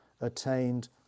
attained